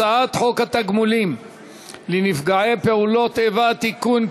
הצעת חוק התגמולים לנפגעי פעולות איבה (תיקון,